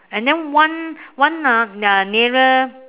and then one one ah uh nearer